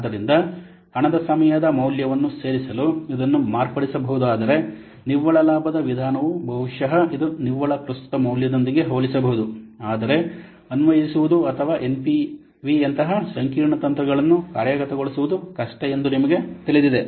ಆದ್ದರಿಂದ ಹಣದ ಸಮಯದ ಮೌಲ್ಯವನ್ನು ಸೇರಿಸಲು ಇದನ್ನು ಮಾರ್ಪಡಿಸಬಹುದಾದರೆ ನಿವ್ವಳ ಲಾಭದ ವಿಧಾನವು ಬಹುಶಃ ಇದು ನಿವ್ವಳ ಪ್ರಸ್ತುತ ಮೌಲ್ಯದೊಂದಿಗೆ ಹೋಲಿಸಬಹುದು ಆದರೆ ಅನ್ವಯಿಸುವುದು ಅಥವಾ ಎನ್ಪಿವಿಯಂತಹ ಸಂಕೀರ್ಣ ತಂತ್ರಗಳನ್ನು ಕಾರ್ಯಗತಗೊಳಿಸುವುದು ಕಷ್ಟ ಎಂದು ನಿಮಗೆ ತಿಳಿದಿದೆ